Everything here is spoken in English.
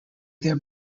their